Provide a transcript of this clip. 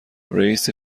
رییس